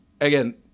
again